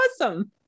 awesome